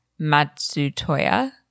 Matsutoya